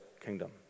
kingdom